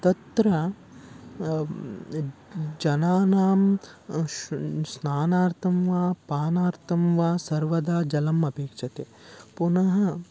तत्र ज् जनानां श् स्नानार्थं वा पानार्थं वा सर्वदा जलम् अपेक्षते पुनः